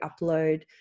upload